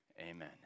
amen